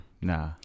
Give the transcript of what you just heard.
Nah